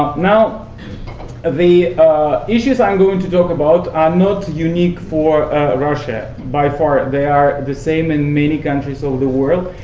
now the issues i'm going to talk about, are not unique for russia, by far. they are the same in many countries of the world.